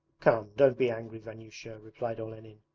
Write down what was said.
come, don't be angry, vanyusha replied olenin,